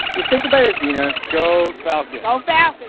we say goodbye to zena. go falcons go falcons.